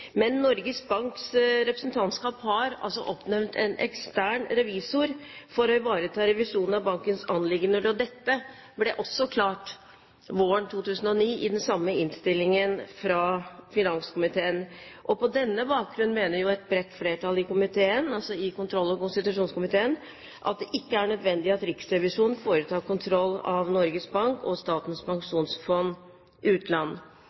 oppnevnt en ekstern revisor for å ivareta revisjonen av bankens anliggende. Dette ble også klart i den samme innstillingen fra finanskomiteen våren 2009. På denne bakgrunn mener et bredt flertall i kontroll- og konstitusjonskomiteen at det ikke er nødvendig at Riksrevisjonen foretar kontroll av Norges Bank og Statens pensjonsfond utland.